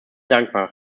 dankbar